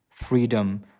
Freedom